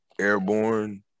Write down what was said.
airborne